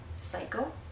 cycle